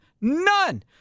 None